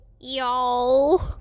Y'all